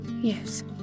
Yes